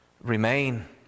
remain